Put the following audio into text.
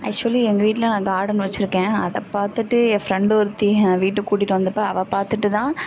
actually எங்கள் வீட்டில் நான் கார்டன் வச்சிருக்கேன் அதை பார்த்துட்டு என் ஃப்ரெண்டு ஒருத்தி என் வீட்டுக்கு கூட்டிட்டு வந்தப்போ அவள் பார்த்துட்டு தான்